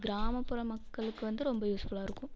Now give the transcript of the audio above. கிராமப்புற மக்களுக்கு வந்து ரொம்ப யூஸ்ஃபுல்லாக இருக்கும்